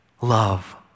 love